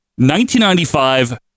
1995